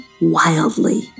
wildly